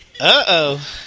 Uh-oh